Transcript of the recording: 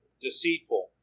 deceitful